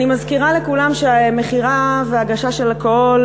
אני מזכירה לכולם שמכירה והגשה של אלכוהול